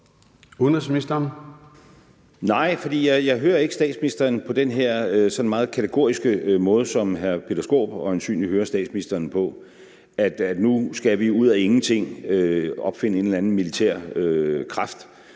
Rasmussen): Nej, for jeg hører ikke statsministeren på den her sådan meget kategoriske måde, som hr. Peter Skaarup øjensynlig hører statsministeren på: at nu skal vi ud af ingenting opfinde en eller anden militær kraft,